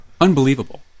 unbelievable